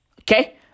Okay